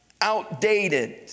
outdated